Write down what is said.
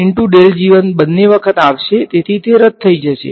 1 સાચું કારણ કે ફરીથી બંને વખત આવશે તેથી તે રદ થઈ જશે